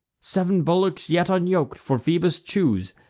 sev'n bullocks, yet unyok'd, for phoebus choose,